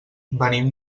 venim